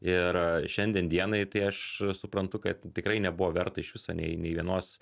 ir šiandien dienai tai aš suprantu kad tikrai nebuvo verta iš viso nei nei vienos